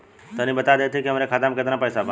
तनि बता देती की हमरे खाता में कितना पैसा बा?